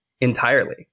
entirely